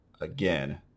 again